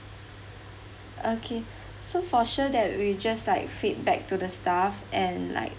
okay so for sure that we just like feedback to the staff and like